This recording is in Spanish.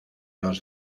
los